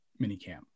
minicamp